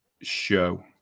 show